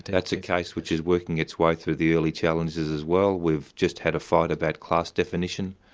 that's a case which is working its way through the early challenges as well. we've just had a fight about class definition,